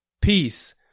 peace